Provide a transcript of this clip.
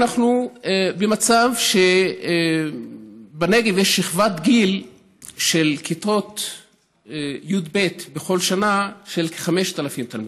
אנחנו במצב שבנגב יש שכבת גיל של כיתות י"ב בכל שנה של כ-5,000 תלמידים.